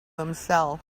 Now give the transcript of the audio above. himself